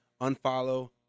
unfollow